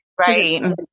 Right